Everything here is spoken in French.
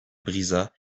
brisa